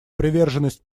приверженность